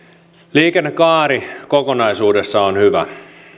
liikennekaari kokonaisuudessaan on hyvä